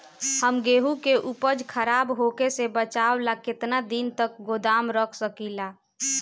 हम गेहूं के उपज खराब होखे से बचाव ला केतना दिन तक गोदाम रख सकी ला?